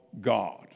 God